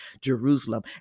Jerusalem